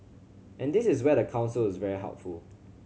and this is where the Council is very helpful